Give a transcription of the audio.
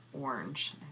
orange